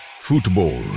football